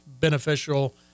beneficial